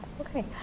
Okay